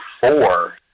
four